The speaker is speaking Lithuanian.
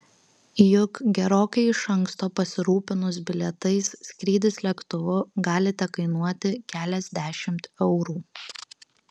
juk gerokai iš anksto pasirūpinus bilietais skrydis lėktuvu gali tekainuoti keliasdešimt eurų